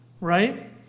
right